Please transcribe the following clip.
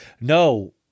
no